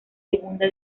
segunda